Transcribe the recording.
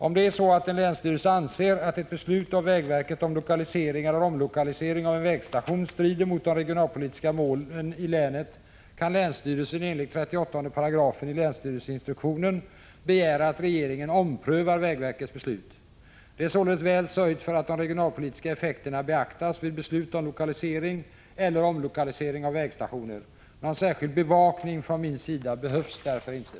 Om en länsstyrelse anser att ett beslut av vägverket om lokalisering eller omlokalisering av en vägstation strider mot de regionalpolitiska målen i länet, kan länsstyrelsen enligt 38 § länsstyrelseinstruktionen begära att regeringen omprövar vägverkets beslut. Det är således väl sörjt för att de regionalpolitiska effekterna beaktas vid beslut om lokalisering eller omlokalisering av vägstationer. Någon särskild ”bevakning” från min sida behövs därför ej.